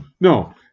no